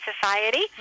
Society